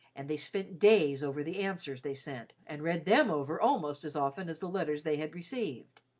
and they spent days over the answers they sent and read them over almost as often as the letters they had received.